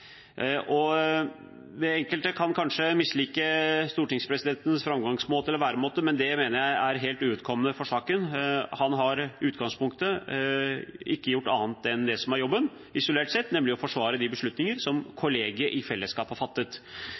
ansvarlig. Enkelte kan kanskje mislike stortingspresidentens framgangsmåte og væremåte, men det mener jeg er helt uvedkommende for saken. Han har i utgangspunktet ikke gjort annet enn det som er jobben, isolert sett, nemlig å forsvare de beslutninger som kollegiet i fellesskap har fattet.